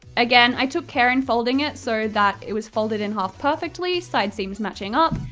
again, i took care in folding it so that it was folded in half perfectly, side seams matching up,